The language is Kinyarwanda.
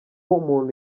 umuntu